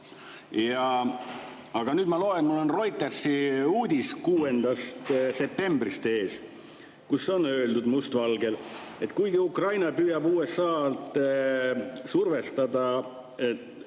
Aga nüüd ma loen, mul on Reutersi uudis 6. septembrist ees, kus on öeldud must valgel, et kuigi Ukraina püüab USA‑d survestada